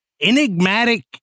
enigmatic